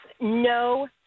no